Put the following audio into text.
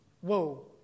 whoa